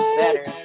better